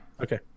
Okay